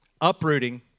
Uprooting